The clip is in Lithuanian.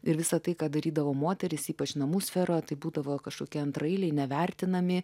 ir visa tai ką darydavo moterys ypač namų sferoj tai būdavo kažkokie antraeiliai nevertinami